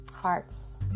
hearts